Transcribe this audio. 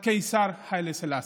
הקיסר היילה סלאסי.